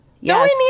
Yes